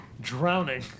drowning